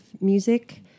Music